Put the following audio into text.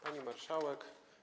Pani Marszałek!